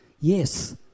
yes